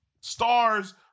stars